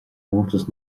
comórtas